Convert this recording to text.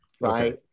right